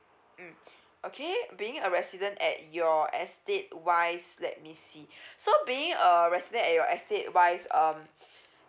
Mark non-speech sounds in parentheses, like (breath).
mm okay being a resident at your estate wise let me see so being a resident at your estate wise um (breath)